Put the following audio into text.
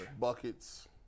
Buckets